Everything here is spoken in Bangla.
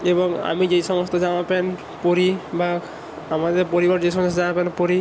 এবং আমি যেই সমস্ত জামা প্যান্ট পরি বা আমাদের পরিবার যে সমস্ত জামা প্যান্ট পরি